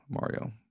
Mario